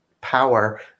power